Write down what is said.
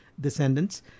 descendants